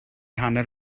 hanner